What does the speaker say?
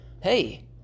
Hey